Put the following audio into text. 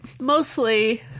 mostly